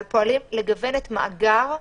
לגוון את מאגר הבוחנים.